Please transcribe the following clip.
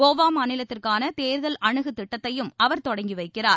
கோவா மாநிலத்திற்கான தேர்தல் அனுகு திட்டத்தையும அவர் தொடங்கி வைக்கிறார்